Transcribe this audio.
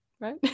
right